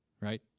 Right